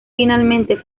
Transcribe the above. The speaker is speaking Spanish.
finalmente